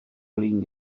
flin